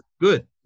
Good